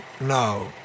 No